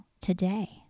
today